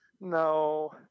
No